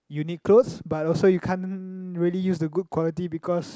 you need clothes but also you can't really use the good quality because